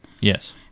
Yes